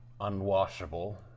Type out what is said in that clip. unwashable